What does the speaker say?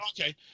Okay